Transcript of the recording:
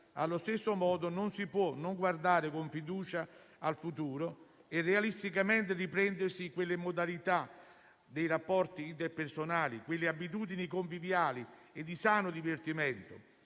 allo stesso modo non si può non guardare con fiducia al futuro e realisticamente riprendersi quelle modalità dei rapporti interpersonali, quelle abitudini conviviali e di sano divertimento,